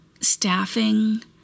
staffing